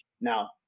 now